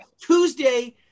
Tuesday